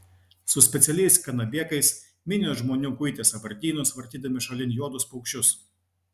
su specialiais kanabėkais minios žmonių kuitė sąvartynus varydami šalin juodus paukščius